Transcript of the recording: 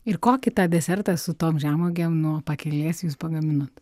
ir kokį tą desertą su tom žemuogėm nuo pakelės jūs pagaminot